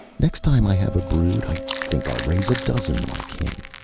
next time i have a brood, i think i'll raise a dozen like him.